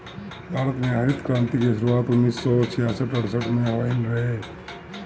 भारत में हरित क्रांति के शुरुआत उन्नीस सौ छियासठ सड़सठ में भइल रहे